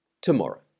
tomorrow